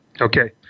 Okay